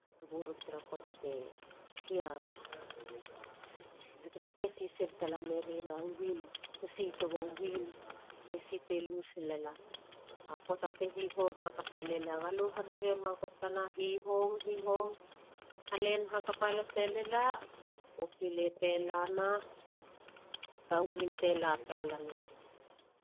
A gurup tara poata te hia keskesi sil tala merira win. esi togo win ne si te lus lala. A poata te hihong hakapa lila. galo rurema gotana hihong. hihong. ha len hakapa lase lila. oke. bete lana ba win te la talana.